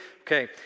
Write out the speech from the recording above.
Okay